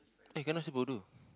eh cannot say bodoh